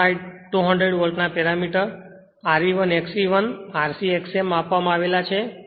આ સાઇડ 200 વોલ્ટના parameter R e 1 X e 1 R c X m આપવામાં આવ્યા છે